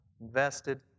invested